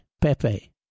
Pepe